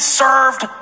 served